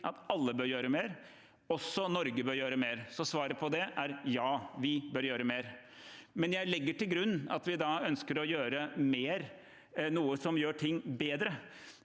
at alle bør gjøre mer. Også Norge bør gjøre mer. Svaret på det er at ja, vi bør gjøre mer, men jeg legger til grunn at vi ønsker å gjøre mer av noe som gjør ting bedre.